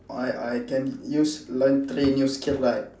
why I can use learn three new skill right